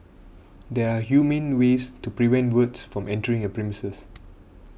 there are humane ways to prevent birds from entering your premises